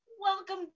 Welcome